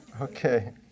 Okay